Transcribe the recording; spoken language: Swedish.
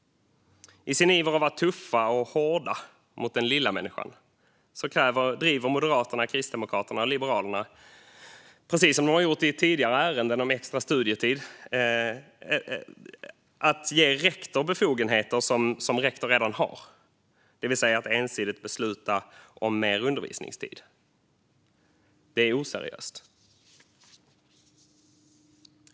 I sin iver att vara tuffa och hårda mot den lilla människan driver Moderaterna, Kristdemokraterna och Liberalerna, precis som de har gjort i tidigare ärenden om extra studietid, frågan om att ge rektorer befogenheter som rektorer redan har, det vill säga att ensidigt besluta om mer undervisningstid. Det är oseriöst.